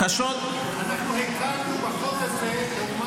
אנחנו הקלנו בחוק הזה לעומת,